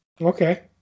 Okay